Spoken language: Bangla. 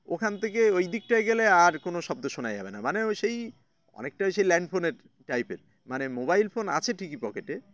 ওখান থেকে ওই দিকটায় গেলে আর কোনো শব্দ শোনায় যাবে না মানে ও সেই অনেকটা সেই ল্যান্ডফোনের টাইপের মানে মোবাইল ফোন আছে ঠিকই পকেটে